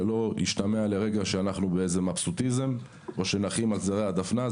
שלא ישתמע לרגע שאנחנו באיזה "מבסוטיזם" או שנחים על זרי הדפנה,